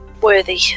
worthy